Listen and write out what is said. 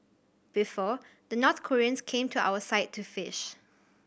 before the North Koreans came to our side to fish